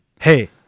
hey